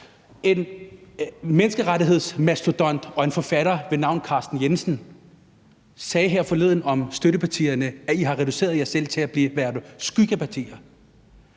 En menneskerettighedsmastodont og forfatter ved navn Carsten Jensen sagde her forleden om støttepartierne, at de har reduceret sig selv til at være skyggepartier.